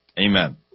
Amen